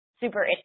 super